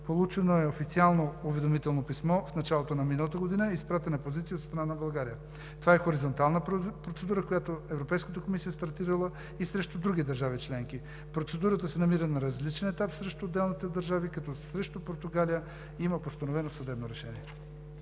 Получено е официално уведомително писмо в началото на миналата година. Изпратена е позиция от страна на България. Това е хоризонтална процедура, която Европейската комисия е стартирала и срещу други държави членки. Процедурата се намира на различен етап срещу отделните държави, като срещу Португалия има постановено съдебно решение.